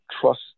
trust